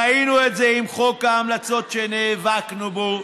ראינו את זה עם חוק ההמלצות שנאבקנו בו,